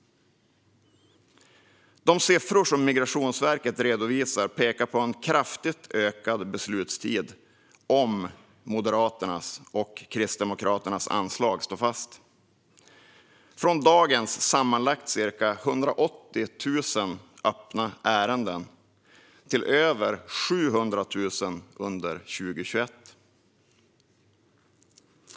De siffror som Migrationsverket redovisar pekar på en kraftigt förlängd beslutstid om Moderaternas och Kristdemokraternas anslag står fast: Man går från dagens sammanlagt ca 180 000 öppna ärenden till över 700 000 under 2021.